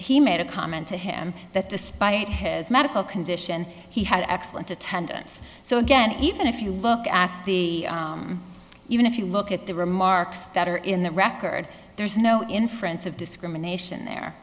he made a comment to him that despite has medical condition he had excellent attendance so again even if you look at the even if you look at the remarks that are in the record there's no inference of discrimination there